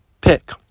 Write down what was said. pick